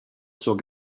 zur